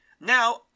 Now